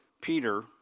Peter